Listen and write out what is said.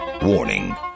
Warning